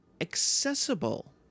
accessible